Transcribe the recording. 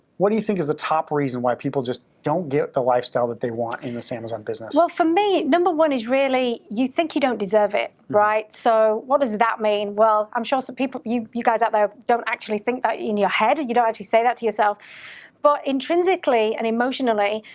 what do you think is the top reason why people just don't get the lifestyle that they want in this amazon business? well for me, number one is really you think you don't deserve it, right? so what does that mean? well, i'm sure some people, you, you guys out there don't actually think that in your head or and you don't actually say that to yourself but intrinsically and emotionally,